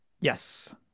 Yes